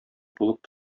булып